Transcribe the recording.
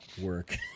work